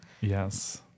Yes